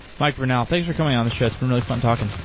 mike vernal, thanks for coming on the show. it's been really fun talking.